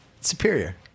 Superior